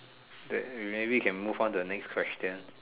that maybe can move on to the next question